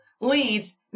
leads